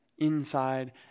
inside